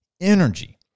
energy